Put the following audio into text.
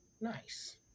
nice